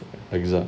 lasag~